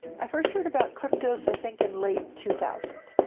i first heard about kryptos, i think, in late two thousand.